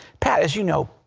pat, as you know,